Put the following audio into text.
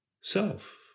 self